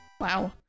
Wow